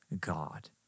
God